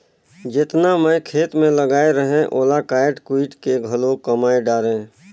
जेतना मैं खेत मे लगाए रहें ओला कायट कुइट के घलो कमाय डारें